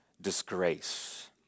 disgrace